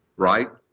right?